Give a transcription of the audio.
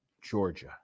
Georgia